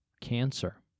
cancer